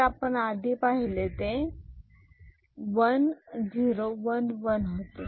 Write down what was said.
तर आपण आधी पाहिले ते 1 0 1 1 होते